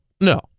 No